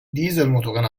dieselmotoren